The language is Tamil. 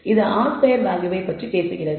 இது r ஸ்கொயர் வேல்யூவை பற்றி பேசுகிறது